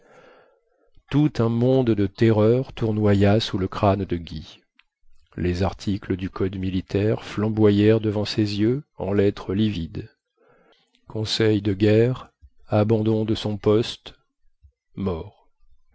tout un monde de terreur tournoya sous le crâne de guy les articles du code militaire flamboyèrent devant ses yeux en lettres livides conseil de guerre abandon de son poste mort